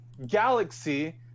galaxy